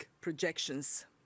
projections